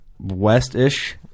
west-ish